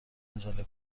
عجله